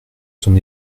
son